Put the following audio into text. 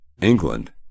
England